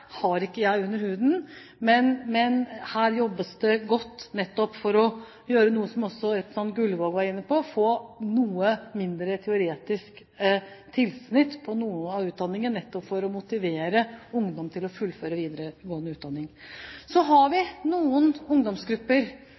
under huden. Men det jobbes godt nettopp med noe som også representanten Gullvåg var inne på, å få noe mindre teoretisk tilsnitt på noe av utdanningen for å motivere ungdom til å fullføre videregående utdanning. Så har vi